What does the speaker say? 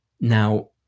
Now